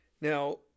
Now